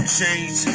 change